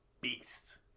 beast